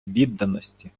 відданості